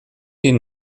den